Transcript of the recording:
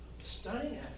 stunning